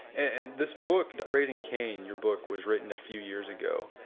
and this book raising cain, your book was written a few years ago,